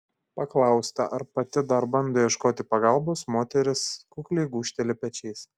paklausta ar pati dar bando ieškoti pagalbos moteris kukliai gūžteli pečiais